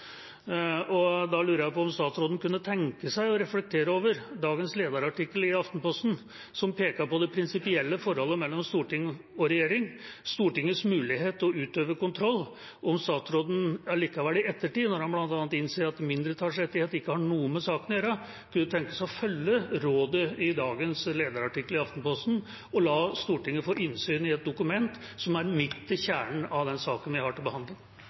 tenke seg å reflektere over dagens lederartikkel i Aftenposten, som peker på det prinsipielle forholdet mellom storting og regjering og Stortingets mulighet til å utøve kontroll? Kunne statsråden i ettertid, når han innser bl.a. at mindretallsrettigheter ikke har noe med saken å gjøre, tenke seg å følge rådet i dagens lederartikkel i Aftenposten og la Stortinget få innsyn i et dokument som er midt i kjernen av den saken vi har til behandling?